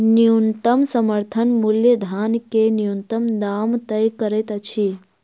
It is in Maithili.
न्यूनतम समर्थन मूल्य धान के न्यूनतम दाम तय करैत अछि